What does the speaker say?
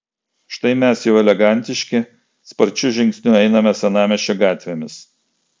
štai mes jau elegantiški sparčiu žingsniu einame senamiesčio gatvėmis